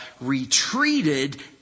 retreated